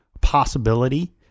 Possibility